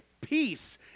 peace